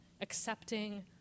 accepting